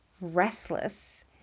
restless